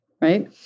Right